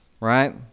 Right